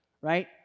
right